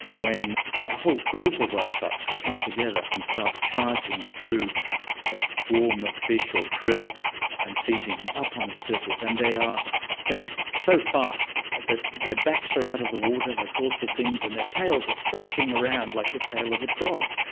when a whole group of whale sharks would come together and start charging through a swarm of fish or krill and feeding up on the surface. and they are going so so fast that their backs are out of the water, their dorsal fins and their tails are thrashing around like the tail of a dog.